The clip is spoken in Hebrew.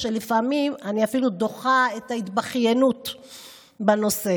לפעמים אני אפילו דוחה את ההתבכיינות בנושא.